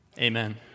Amen